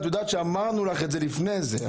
אמרנו לך את זה לפני זה.